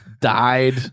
died